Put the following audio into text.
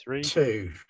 two